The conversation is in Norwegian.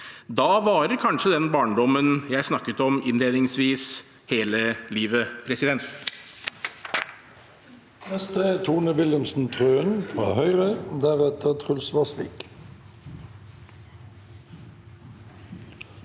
Da varer kanskje den barndommen jeg snakket om innledningsvis, hele livet. Tone